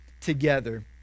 together